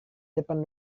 depan